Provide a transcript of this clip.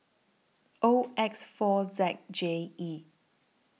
O X four Z J E